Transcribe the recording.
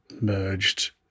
merged